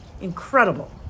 incredible